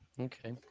Okay